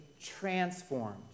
transformed